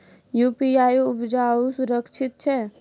UPI उपयोग सुरक्षित छै?